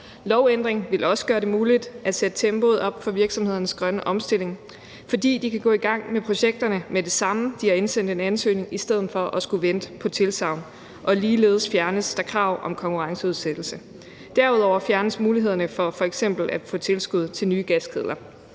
Lovændringen vil også gøre det muligt at sætte tempoet op for virksomhedernes grønne omstilling, fordi de kan gå i gang med projekterne med det samme, når de har indsendt en ansøgning, i stedet for at skulle vente på tilsagn. Ligeledes fjernes der krav om konkurrenceudsættelse. Derudover fjernes mulighederne for f.eks. at få tilskud til nye gaskedler.